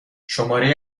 شماره